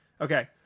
Okay